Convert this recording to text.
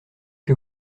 que